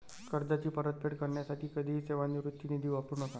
कर्जाची परतफेड करण्यासाठी कधीही सेवानिवृत्ती निधी वापरू नका